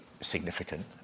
significant